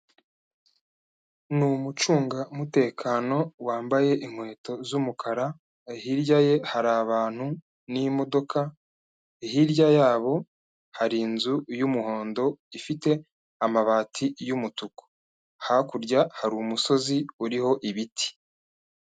Ni umucungamutekano wambaye inkweto z'umukara, hirya ye hari abantu n'imodoka, hirya yabo hari inzu y'umuhondo ifite amabati y'umutuku, hakurya hari umusozi uriho ibiti.